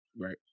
Right